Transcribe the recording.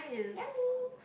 yummy